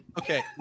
Okay